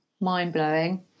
mind-blowing